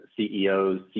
CEOs